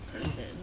person